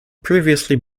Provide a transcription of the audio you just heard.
previously